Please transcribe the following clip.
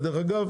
דרך אגב,